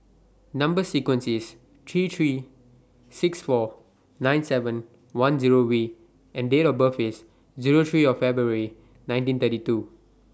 Number sequence IS three three six four nine seven one Zero V and Date of birth IS Zero three February nineteen thirty two